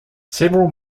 several